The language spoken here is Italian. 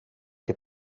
che